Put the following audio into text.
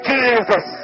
Jesus